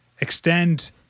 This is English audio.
extend